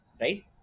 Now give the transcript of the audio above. right